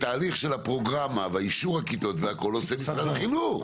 את תהליך הפרוגרמה ואישור הכיתות עושה משרד החינוך.